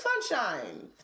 sunshine